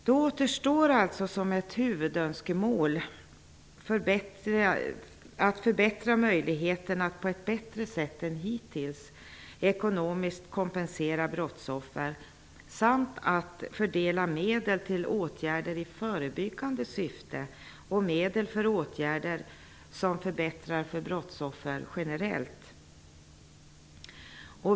De huvudönskemål som återstår är möjligheten att på ett bättre sätt än hittills ekonomiskt kompensera brottsoffer samt att fördela medel till åtgärder i förebyggande syfte och för åtgärder som förbättrar för brottsoffer generellt.